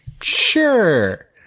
sure